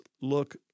look